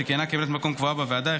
שכיהנה כממלאת מקום קבועה בוועדה,